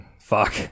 Fuck